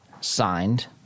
signed